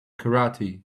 karate